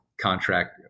contract